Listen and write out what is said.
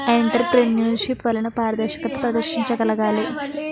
entrepreneurship వలన పారదర్శకత ప్రదర్శించగలగాలి